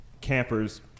campers